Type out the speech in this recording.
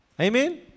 Amen